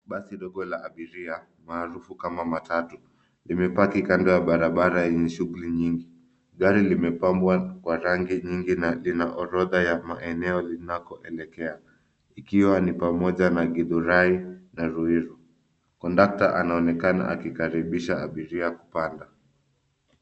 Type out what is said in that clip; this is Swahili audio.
Basi ndogo la abiria, maarufu kama matatu limepaki kando ya barabara yenye shughuli nyingi. Gari limepambwa kwa rangi nyingi na ina orodha ya maeneo linakoelekea ikiwa ni pamoja na Githurai na Ruiru. Kondakta anaonekana akikaribisha abiria kupanda.